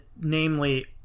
namely